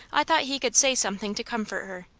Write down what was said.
i thought he could say something to comfort her.